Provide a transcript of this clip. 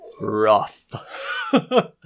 rough